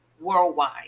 worldwide